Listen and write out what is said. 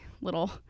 little